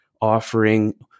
offering